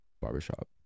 barbershop